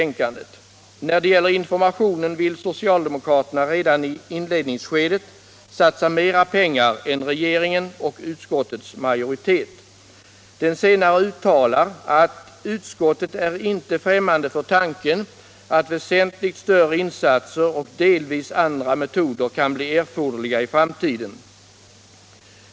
När det gäller informationen vill socialdemokraterna redan i inledningsskedet satsa mera pengar än regeringen och utskottets majoritet. Den senare uttalar att ”utskottet är inte främmande för tanken att väsentligt större insatser och delvis andra metoder kan bli erforderliga i framtiden.